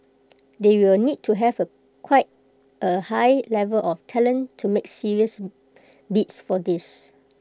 they will need to have quite A high level of talent to make serious bids for these